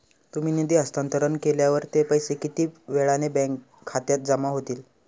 तुम्ही निधी हस्तांतरण केल्यावर ते पैसे किती वेळाने बँक खात्यात जमा होतील?